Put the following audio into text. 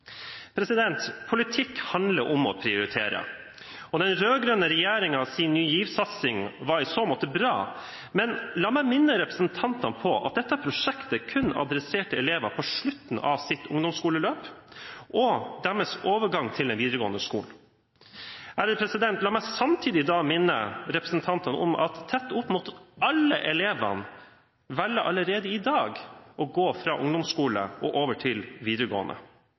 Politikk handler om å prioritere, og den rød-grønne regjeringens Ny GIV-satsing var i så måte bra, men la meg minne representantene om at dette prosjektet kun adresserte elever på slutten av sitt ungdomsskoleløp og deres overgang til den videregående skolen. La meg samtidig minne representantene om at nesten alle elevene velger allerede i dag å gå fra ungdomsskole og over til videregående